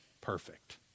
perfect